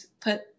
put